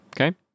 Okay